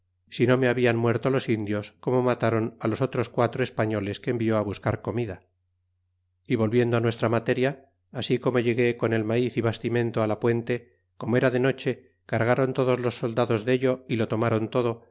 traello sino me habian muerto los indios como matron los otros quatro españoles que envió buscar comida e volviendo nuestra materia así como llegué con el maiz y bastimento la puente como era de noche cargron todos los soldados dello y lo tomron todo